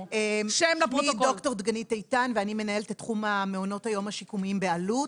שמי ד"ר דגנית איתן ואני מנהלת את תחום מעונות היום השיקומיים באלו"ט,